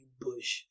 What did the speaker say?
Bush